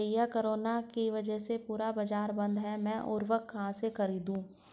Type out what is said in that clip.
भैया कोरोना के वजह से पूरा बाजार बंद है मैं उर्वक कहां से खरीदू?